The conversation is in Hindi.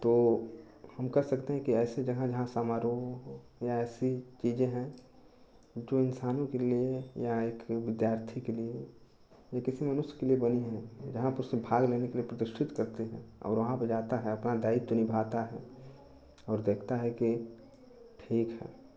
तो हम कह सकते हैं कि ऐसी जगह जहाँ समारोह या ऐसी चीज़ें जो इन्सानों के लिए या फिर विद्यार्थी के लिए या किसी मनुष्य के लिए बड़ी हैं आप उसमें भाग लेने के लिए प्रतिष्ठित करते हैं और वहाँ पर जाता है अपना दायित्व निभाता है और देखता है कि ठीक है